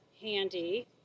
handy